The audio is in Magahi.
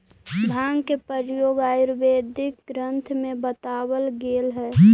भाँग के प्रयोग आयुर्वेदिक ग्रन्थ में बतावल गेलेऽ हई